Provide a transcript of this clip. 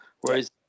whereas